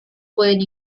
pueden